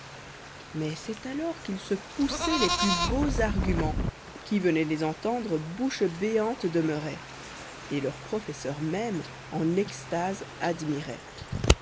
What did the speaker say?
mais c'est alors qu'ils se poussoient les plus beaux arguments qui venoit les entendre bouche béante demeurait et leur professeur même en extase admirait